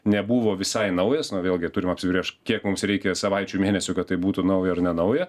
nebuvo visai naujas na vėlgi turim apsibrėžt kiek mums reikia savaičių mėnesių kad tai būtų nauja ar ne nauja